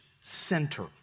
center